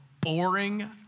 boring